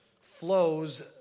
flows